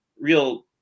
real